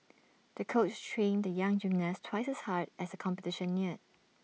the coach trained the young gymnast twice as hard as the competition neared